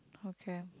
okay